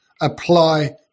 apply